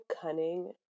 cunning